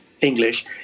English